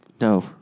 no